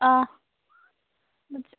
ꯑꯥ